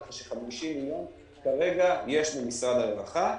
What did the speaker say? כך ש-50 מיליון כרגע יש ממשרד הרווחה.